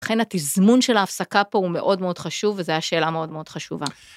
לכן התזמון של ההפסקה פה הוא מאוד מאוד חשוב, וזו הייתה שאלה מאוד מאוד חשובה.